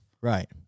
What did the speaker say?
right